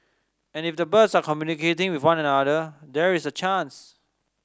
and if the birds are communicating with one another there is a chance